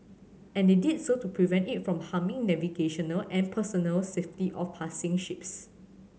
and they did so to prevent it from harming navigational and personnel safety of passing ships